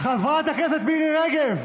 נגד צחי הנגבי,